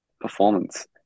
performance